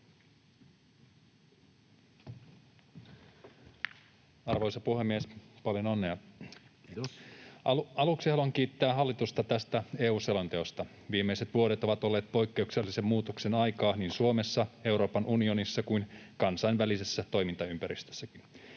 Arvoisa puhemies, paljon onnea! Aluksi haluan kiittää hallitusta tästä EU-selonteosta. Viimeiset vuodet ovat olleet poikkeuksellisen muutoksen aikaa niin Suomessa, Euroopan unionissa kuin kansainvälisessä toimintaympäristössäkin.